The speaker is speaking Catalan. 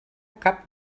cap